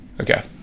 Okay